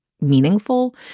meaningful